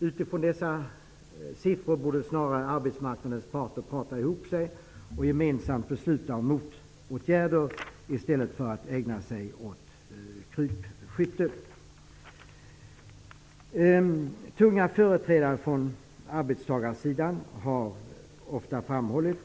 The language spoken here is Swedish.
Utifrån dessa siffror borde arbetsmarknadens parter prata ihop sig och gemensamt besluta om motåtgärder i stället för att ägna sig åt krypskytte. Tunga företrädare från arbetstagarsidan har ofta framhållit